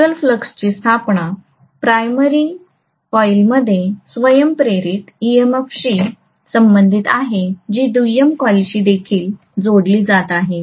mutual फ्लक्सची स्थापना primary कॉईलमध्ये स्वयं प्रेरित EMF शी संबंधित आहे जी दुय्यम कॉइलशी देखील जोडली जात आहे